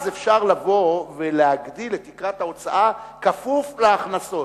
אז אפשר לבוא ולהגדיל את תקרת ההוצאה כפוף להכנסות.